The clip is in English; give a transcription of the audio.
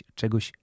czegoś